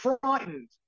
frightened